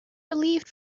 relieved